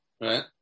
right